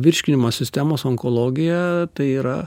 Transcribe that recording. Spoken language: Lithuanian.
virškinimo sistemos onkologija tai yra